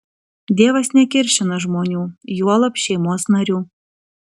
dievas nekiršina žmonių juolab šeimos narių